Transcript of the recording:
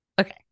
Okay